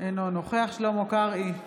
אינו נוכח שלמה קרעי,